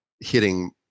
hitting –